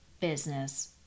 business